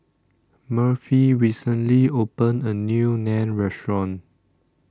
Murphy recently opened A New Naan Restaurant